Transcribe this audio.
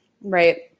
right